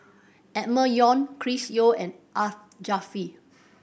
Emma Yong Chris Yeo and Art